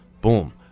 Boom